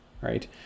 right